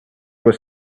was